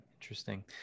Interesting